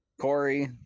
Corey